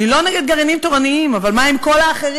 אני לא נגד גרעינים תורניים, אבל מה עם כל האחרים?